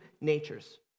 natures